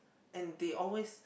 and they always